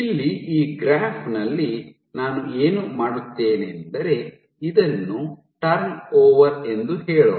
ಇಲ್ಲಿ ಈ ಗ್ರಾಫ್ ನಲ್ಲಿ ನಾನು ಏನು ಮಾಡುತ್ತೇನೆಂದರೆ ಇದನ್ನು ಟರ್ನ್ ಓವರ್ ಎಂದು ಹೇಳೋಣ